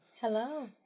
Hello